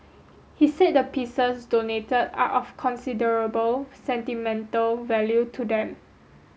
he said the pieces donated are of considerable sentimental value to them